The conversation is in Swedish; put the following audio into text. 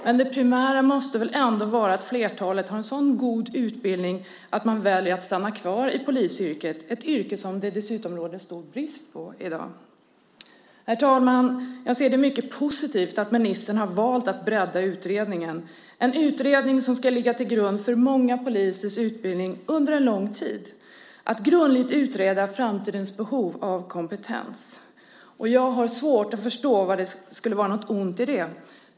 Men det primära måste väl ändå vara att flertalet har en sådan god utbildning att de väljer att stanna kvar i polisyrket, ett yrke där det i dag dessutom råder stor brist. Herr talman! Jag ser det mycket positivt att ministern har valt att bredda utredningen. Det är en utredning som ska ligga till grund för många polisers utbildning under en lång tid. Det handlar om att grundligt utreda framtidens behov av kompetens. Jag har svårt att förstå att det skulle vara något ont i det.